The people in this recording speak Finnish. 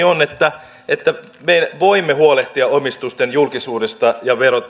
on että että me voimme huolehtia omistusten julkisuudesta ja